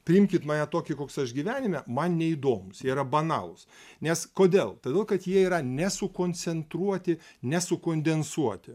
priimkit mane tokį koks aš gyvenime man neįdomūs jie yra banalūs nes kodėl todėl kad jie yra ne sukoncentruoti ne sukondensuoti